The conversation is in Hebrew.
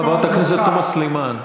חברת הכנסת תומא סלימאן,